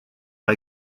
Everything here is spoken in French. par